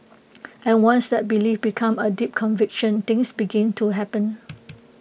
and once that belief becomes A deep conviction things begin to happen